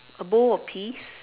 a bowl of peas